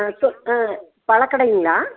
ஆ sir ஆ பழக்கடைங்களா